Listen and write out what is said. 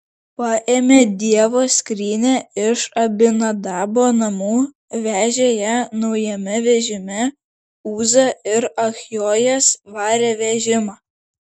paėmę dievo skrynią iš abinadabo namų vežė ją naujame vežime uza ir achjojas varė vežimą